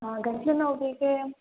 ಹಾಂ ಗಂಟಲು ನೋವಿಗೆ